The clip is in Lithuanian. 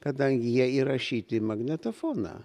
kadangi jie įrašyti į magnetofoną